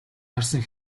харсан